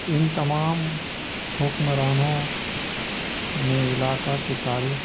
ان تمام حکمرانوں نے علاقہ کے تاریخ